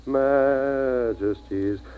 majesties